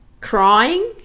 Crying